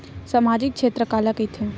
सामजिक क्षेत्र काला कइथे?